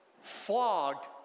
flogged